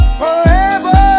forever